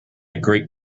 great